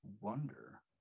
wonder